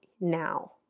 now